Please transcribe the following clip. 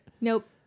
Nope